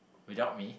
without me